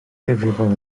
ddifrifol